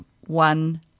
one